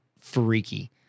freaky